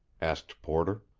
asked porter.